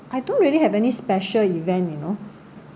I don't really have any special event you know ya